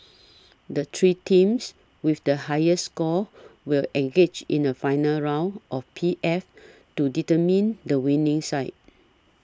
the three teams with the highest scores will engage in a final round of P F to determine the winning side